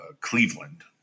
Cleveland